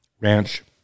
ranch